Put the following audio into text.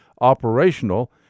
operational